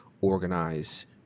organize